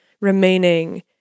remaining